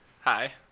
Hi